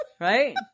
Right